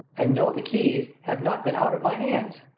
and know the keys have not been out of my hands.